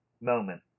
moment